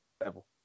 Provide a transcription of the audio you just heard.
level